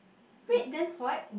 red then white